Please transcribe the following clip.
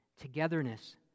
togetherness